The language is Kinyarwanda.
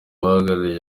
bahagarariye